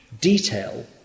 detail